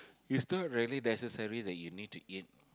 is not really necessary that you need to eat